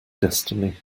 destiny